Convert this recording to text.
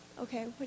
Okay